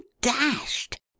dashed